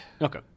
Okay